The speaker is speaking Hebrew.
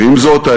ועם זאת,